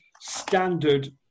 standard